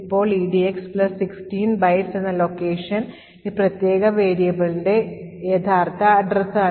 ഇപ്പോൾ EDX 16 bytes എന്ന location ഈ പ്രത്യേക വേരിയബിളിന്റെ യഥാർത്ഥ വിലാസമാണ്